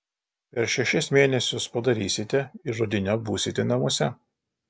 per šešis mėnesius padarysite ir rudeniop būsite namuose